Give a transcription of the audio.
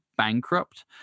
bankrupt